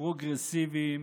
הפרוגרסיבים